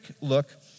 look